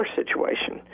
situation